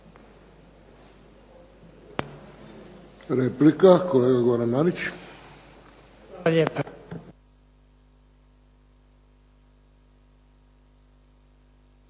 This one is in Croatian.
Replika, kolega Goran Marić.